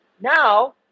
Now